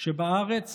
שבארץ